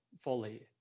fully